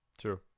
true